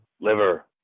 liver